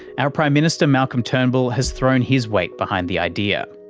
our prime minister malcolm turnbull has thrown his weight behind the idea.